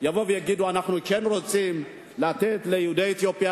ויבואו ויגידו: אנחנו כן רוצים לתת ליהודי אתיופיה